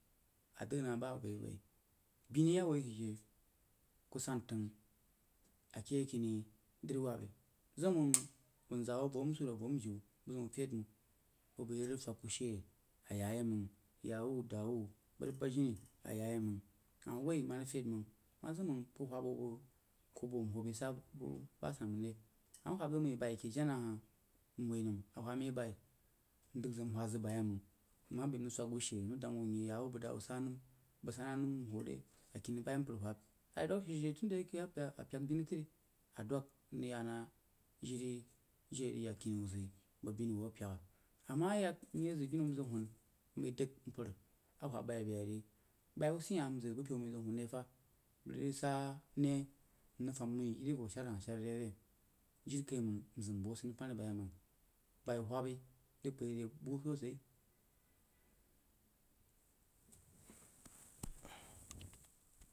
Adəg na bah baiyi-baiyi binni awoi ku she ku san təng akeh kini dari wabba zim-məng wun zaa wuh voh msuru a wuh voh mjiu fuid məng bəg rig bwək ku sheee a ya yeməng yawu dawu bəg rig badjini aya yeiməng a woi ma feid məng ma zim məng ku hwab woo bəg kuo buoh mbai sa ba asanməng re ama hwab zəg mai bai jen-nah hah nwoi nəm a hwəb mau bai mdəg zəg hwad bən nma bai nswəg wu shee nńg dəng wuh wein yawa bəg dawa sanəm bəg sa nanəm mhwo re akini bai mpər hwəb tun da yake a a pyak binro tin a dwəg nrig yana jin je a rig ya kini wuh zəgai bəg binni wa a pyak a ma yək naye zəg binni wuh nzək huna mbai dəg mpər a hwəb bai beye ri bai wuh sid hah mzəg buh-peu mai zəg hun re fah mrig sa neh nrig fam nəng yen voh shaar hah re re jire kaiməng nzim bəg asani panni bayeimzng bai hwabi rig bai buh sosai.